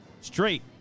straight